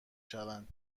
شوند